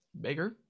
bigger